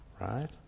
right